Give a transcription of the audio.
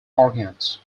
organs